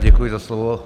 Děkuji za slovo.